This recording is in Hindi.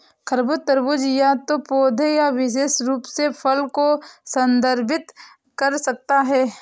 खरबूज, तरबूज या तो पौधे या विशेष रूप से फल को संदर्भित कर सकता है